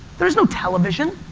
there's no television.